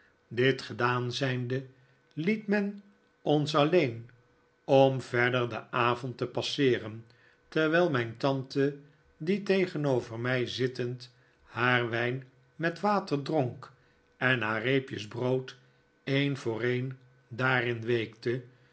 dit gedaan zijnde liet men ons alleen om verder den avond te passeeren terwijl mijn tante die tegenover mij zittend haar wijn met water dronk en hae reepjes brood een voor een daarin weekte